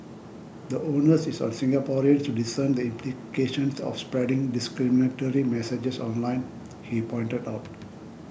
the Onus is on Singaporeans to discern the implications of spreading discriminatory messages online he pointed out